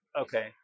Okay